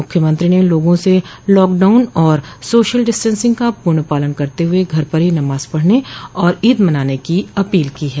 मुख्यमंत्री ने लोगों से लॉकडाउन तथा सोशल डिस्टेंसिंग का पूर्ण पालन करते हुए घर पर ही नमाज पढ़ने और ईद मनाने की अपील की है